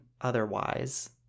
otherwise